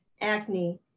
acne